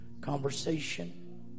conversation